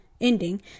ending